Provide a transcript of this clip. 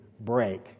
break